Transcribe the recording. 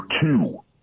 two